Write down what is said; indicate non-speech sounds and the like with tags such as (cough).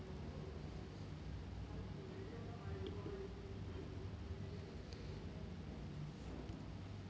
(breath)